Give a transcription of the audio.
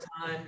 time